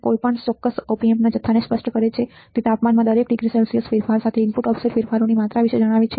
કોઈપણ ચોક્કસ op amp ના જથ્થાને સ્પષ્ટ કરે છે • તે તાપમાનમાં દરેક ડિગ્રી સેલ્સિયસ ફેરફાર સાથે ઇનપુટ ઓફસેટ ફેરફારોની માત્રા વિશે જણાવે છે